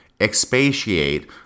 expatiate